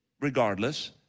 regardless